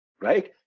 right